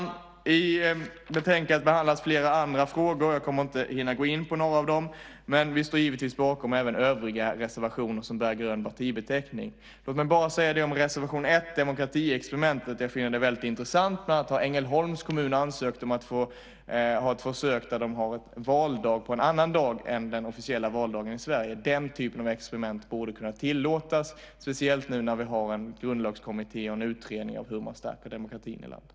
I betänkandet behandlas flera andra frågor. Jag kommer inte att hinna gå in på någon av dem, men vi står givetvis bakom även övriga reservationer som bär grön partibeteckning. Låt mig bara säga att jag finner reservation 1 om demokratiexperimentet intressant. Bland annat har Ängelholms kommun ansökt om att få ha ett försök med valdag på en annan dag än den officiella valdagen i Sverige. Den typen av experiment borde kunna tillåtas, speciellt nu när vi har en grundlagskommitté och en utredning om hur man stärker demokratin i landet.